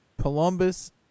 Columbus